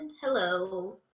hello